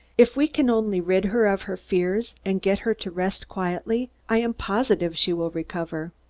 if we can only rid her of her fears and get her to rest quietly, i am positive she will recover.